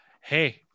Hey